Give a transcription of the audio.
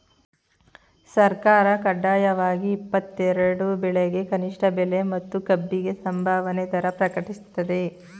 ಸರ್ಕಾರ ಕಡ್ಡಾಯವಾಗಿ ಇಪ್ಪತ್ತೆರೆಡು ಬೆಳೆಗೆ ಕನಿಷ್ಠ ಬೆಲೆ ಮತ್ತು ಕಬ್ಬಿಗೆ ಸಂಭಾವನೆ ದರ ಪ್ರಕಟಿಸ್ತದೆ